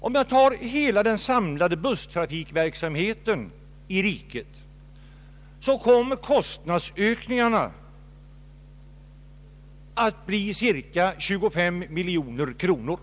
Om jag tar hela den samlade busstrafikverksamheten i riket, kommer kostnadsökningarna att bli cirka 25 miljoner kronor.